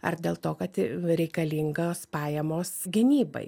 ar dėl to kad reikalingos pajamos gynybai